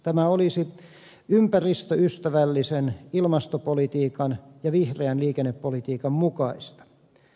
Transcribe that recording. tämä olisi ympäristöystävällisen ilmastopolitiikan ja vihreän liikennepolitiikan mukaista